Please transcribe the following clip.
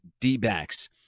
D-backs